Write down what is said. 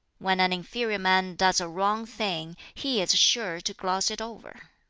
when an inferior man does a wrong thing, he is sure to gloss it over.